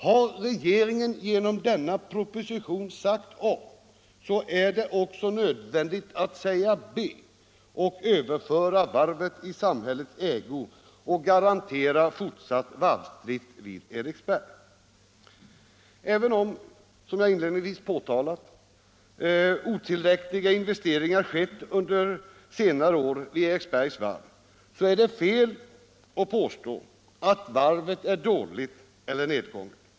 Har regeringen genom denna proposition sagt A, är det också nödvändigt att säga B och överföra varvet i samhällets ägo och garantera fortsatt varvsdrift vid Eriksberg. Även om, som jag inledningsvis påtalat, otillräckliga investeringar skett under senare år vid Eriksbergs varv, är det fel att påstå att varvet är dåligt eller nedgånget.